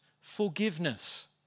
forgiveness